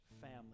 family